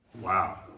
Wow